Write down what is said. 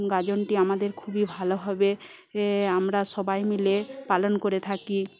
গাজনটি আমাদের খুবই ভালোভাবে এ আমরা সবাই মিলে পালন করে থাকি